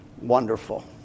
wonderful